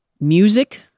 music